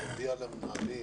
להודיע למנהלים